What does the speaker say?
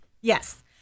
Yes